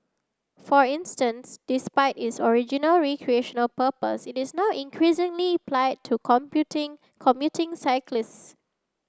for instance despite is original recreational purpose it is now increasingly plied to commuting cyclists